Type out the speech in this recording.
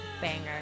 banger